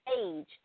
age